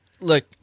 Look